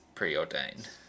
preordained